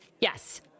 yes